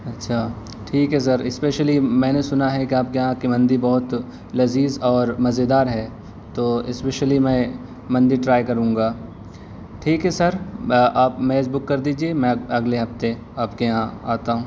اچھا ٹھیک ہے سر اسپیشلی میں نے سنا ہے کہ آپ کے یہاں کی مندی بہت لذیذ اور مزیدار ہے تو اسپیشلی میں مندی ٹرائی کروں گا ٹھیک ہے سر آپ میز بک کر دیجیے میں اگلے ہفتے آپ کے یہاں آتا ہوں